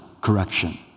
correction